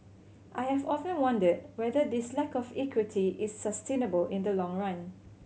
I have often wondered whether this lack of equity is sustainable in the long run